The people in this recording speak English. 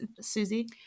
Susie